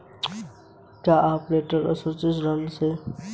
क्या कॉर्पोरेट असुरक्षित ऋण में कोई जोखिम है?